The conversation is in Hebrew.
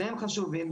שניהם חשובים.